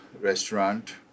restaurant